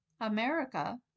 America